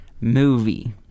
movie